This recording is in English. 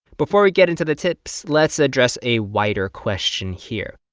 before we get into the tips, let's address a wider question here.